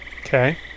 Okay